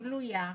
גלויה,